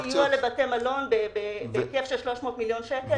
-- סיוע לבתי מלון בהיקף של 300 מיליון שקלים.